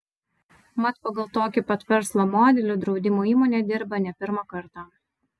mat pagal tokį pat verslo modelį draudimo įmonė dirba ne pirmą kartą